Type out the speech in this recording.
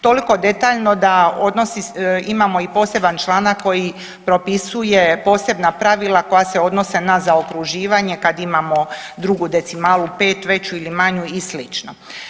Toliko detaljno da odnosi, imamo i poseban članak koji propisuje posebna pravila koja se odnose na zaokruživanje kad imamo drugu decimalu 5, veću ili manju i slično.